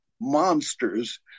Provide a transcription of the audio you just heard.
monsters